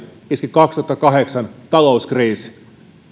kaksituhattakahdeksan talouskriisi